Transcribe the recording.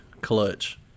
clutch